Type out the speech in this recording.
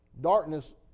Darkness